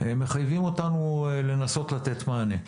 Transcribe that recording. מחייבים אותנו לנסות לתת מענה.